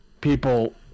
People